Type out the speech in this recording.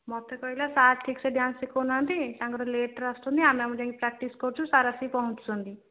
ମୋତେ କହିଲା ସାର୍ ଠିକ ସେ ଡ୍ୟାନ୍ସ ଶିଖଉନାହାନ୍ତି ତାଙ୍କର ଲେଟ୍ରେ ଆସୁଛନ୍ତି ଆମେ ଆମ ଯାଇକି ପ୍ରାକ୍ଟିସ୍ କରୁଛୁ ସାର୍ ଆସିକି ପହଞ୍ଚୁଛନ୍ତି